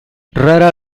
rara